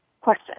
question